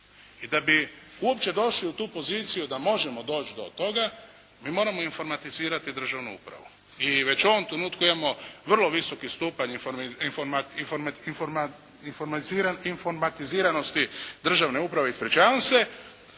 I da bi uopće došli u tu poziciju da možemo doći do toga, mi moramo informatizirati državnu upravu i već u ovom trenutku imamo vrlo visoki stupanj informatiziranosti državne uprave. I kao što ste